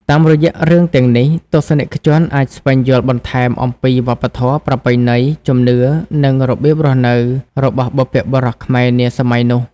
តាមរយៈរឿងទាំងនេះ ទស្សនិកជនអាចស្វែងយល់បន្ថែមអំពី វប្បធម៌ ប្រពៃណី ជំនឿ និងរបៀបរស់នៅ របស់បុព្វបុរសខ្មែរនាសម័យនោះ។